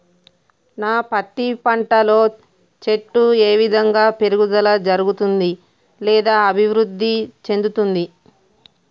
నా పత్తి పంట లో చెట్టు ఏ విధంగా పెరుగుదల జరుగుతుంది లేదా అభివృద్ధి చెందుతుంది?